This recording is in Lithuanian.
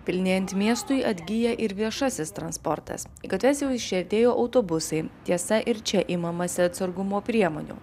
pilnėjant miestui atgyja ir viešasis transportas į gatves jau išriedėjo autobusai tiesa ir čia imamasi atsargumo priemonių